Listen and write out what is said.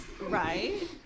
right